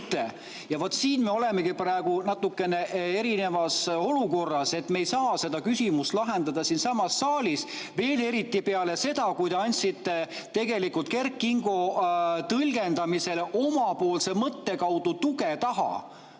Ja vaat siin me olemegi praegu natukene erinevas olukorras. Me ei saa seda küsimust lahendada siinsamas saalis, eriti peale seda, kui te andsite Kert Kingo tõlgendusele omapoolse mõtte kaudu tuge taha.